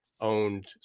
Owned